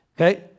okay